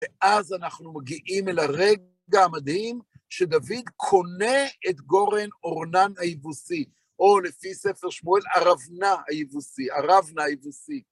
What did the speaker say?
ואז אנחנו מגיעים אל הרגע המדהים שדוד קונה את גורן אורנן היבוסי, או לפי ספר שמואל, ארוונה היבוסי. ארוונה היבוסי.